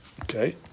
Okay